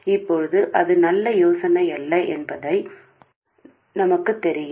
இப்போது அது நல்ல யோசனையல்ல என்பது எங்களுக்குத் தெரியும்